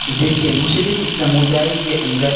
دیکھیے مسلم سمدائے کے اندر